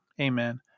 Amen